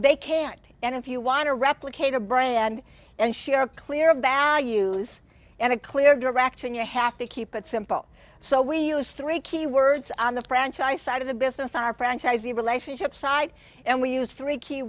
they can't and if you want to replicate a brand and share of clear of values and a clear direction you have to keep it simple so we use three key words on the franchise side of the business on our franchisee relationship side and we use three key